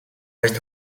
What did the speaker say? ярьж